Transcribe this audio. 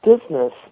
business